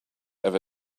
ever